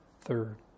Third